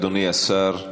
אדוני השר,